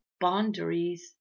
boundaries